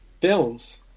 films